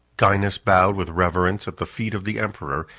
gainas bowed with reverence at the feet of the emperor,